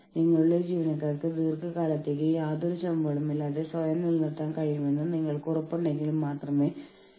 ഒരു യൂണിയൻ ഉണ്ടാകുന്നതിന്റെ പ്രാഥമിക ലക്ഷ്യം ജീവനക്കാരുടെ താൽപ്പര്യങ്ങൾ സംരക്ഷിക്കുക എന്നതാണ്